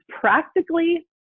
practically